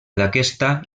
d’aquesta